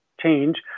change